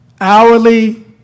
hourly